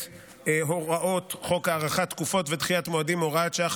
את הוראות חוק הארכת תקופות ודחיית מועדים (הוראת שעה,